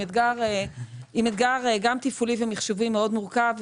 עם אתגר גם תפעולי ומחשובי מורכב מאוד